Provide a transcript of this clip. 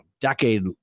decade